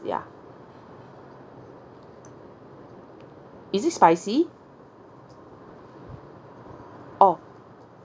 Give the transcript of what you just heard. ya is it spicy orh